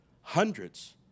hundreds